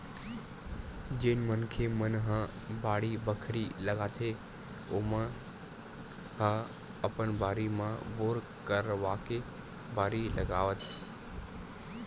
जेन मनखे मन ह बाड़ी बखरी लगाथे ओमन ह अपन बारी म बोर करवाके बारी लगावत